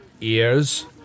ears